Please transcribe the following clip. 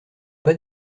pas